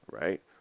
right